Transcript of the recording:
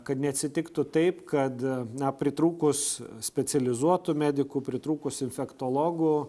kad neatsitiktų taip kad na pritrūkus specializuotų medikų pritrūkus infektologų